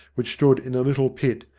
which stood in a little pit,